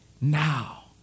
Now